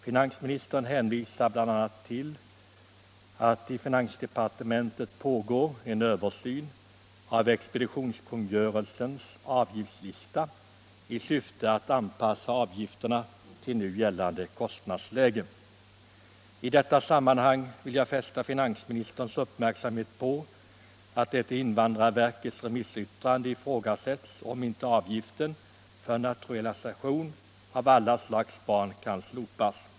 Finansministern hänvisar bl.a. till att i finansdepartementet pågår en översyn av expeditionskungörelsens avgiftslista i syfte att anpassa avgifterna till nu gällande kostnadsläge. I detta sammanhang vill jag fästa finansministerns uppmärksamhet på att det i invandrarverkets remissyttrande ifrågasätts om inte avgiften för naturalisation av alla slags barn kan slopas.